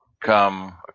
come